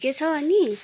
ठिकै छौ अनि